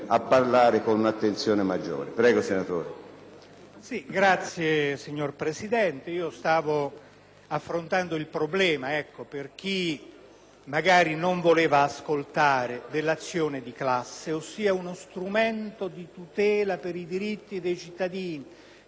Grazie, signor Presidente, stavo affrontando il problema, magari per chi non voleva ascoltare, dell'azione di classe, ossia uno strumento di tutela per i diritti dei cittadini, che era stato faticosamente approvato